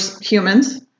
humans